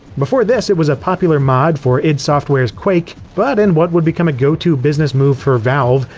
before this it was a popular mod for id software's quake, but in what would become a go-to business move for valve,